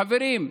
חברים,